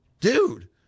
dude